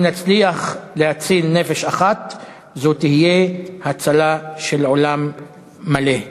אם נצליח להציל נפש אחת זו תהיה הצלה של עולם מלא.